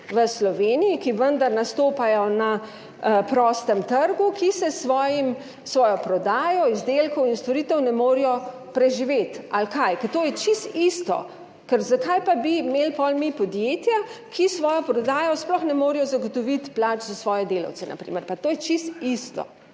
v Sloveniji, ki vendar nastopajo na prostem trgu, ki se s svojim, svojo prodajo izdelkov in storitev ne morejo preživeti ali kaj, ker to je čisto isto, ker, zakaj pa bi imeli pol mi podjetja, ki s svojo prodajo sploh ne morejo zagotoviti plač za svoje delavce, na primer,